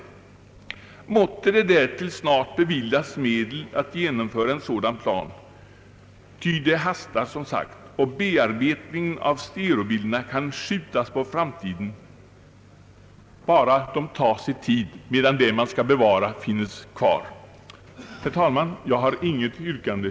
Måtte det därtill snart beviljas medel att genomföra en sådan plan, ty det hastar som sagt. Bearbetningen av stereobilderna kan skjutas på framtiden, bara de tas i tid medan det som skall bevaras finnes kvar. Herr talman! Jag har intet yrkande.